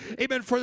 amen